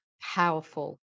powerful